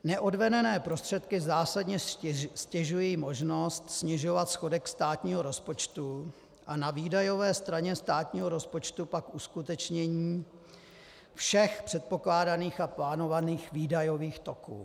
Neodvedené prostředky zásadně ztěžují možnost snižovat schodek státního rozpočtu a na výdajové straně státního rozpočtu pak uskutečnění všech předpokládaných a plánovaných výdajových toků.